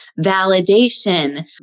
validation